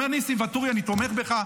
אומר: ניסים ואטורי, אני תומך בך.